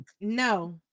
no